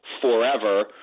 forever